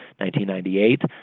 1998